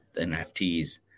NFTs